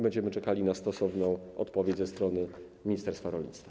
Będziemy czekali na stosowną odpowiedź ze strony ministerstwa rolnictwa.